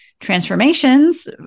transformations